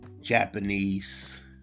Japanese